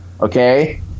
okay